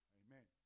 amen